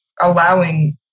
allowing